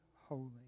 holy